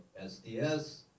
SDS